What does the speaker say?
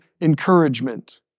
encouragement